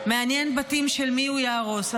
מעניין בתים של מי הוא יהרוס.